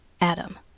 Adam